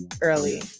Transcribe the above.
early